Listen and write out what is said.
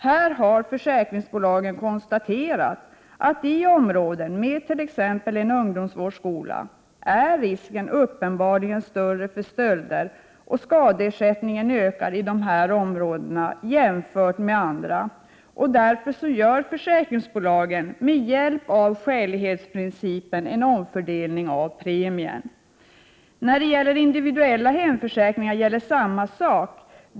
Här har försäkringsbolagen konstaterat att det i områden med t.ex. en ungdomsvårdsskola uppenbarligen är större risk för stölder, och skadeersättningen ökar i dessa områden jämfört med andra. Därför gör försäkringsbolagen med hjälp av skälighetsprincipen en omfördelning av premierna. När det gäller individuella hemförsäkringar gäller samma sak.